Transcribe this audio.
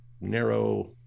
narrow